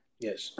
Yes